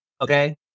Okay